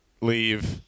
leave